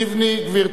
גברתי.